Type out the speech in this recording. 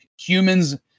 humans